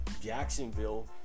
Jacksonville